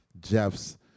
Jeff's